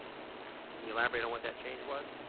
can you elaborate on what that change was?